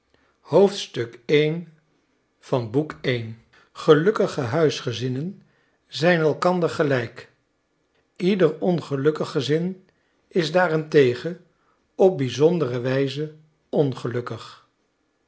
i gelukkige huisgezinnen zijn elkander gelijk ieder ongelukkig gezin is daarentegen op bizondere wijze ongelukkig